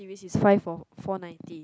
series is five for four ninety